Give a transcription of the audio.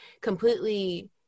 completely